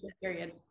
period